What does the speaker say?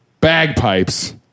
bagpipes